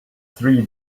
three